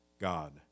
God